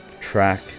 track